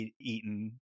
eaten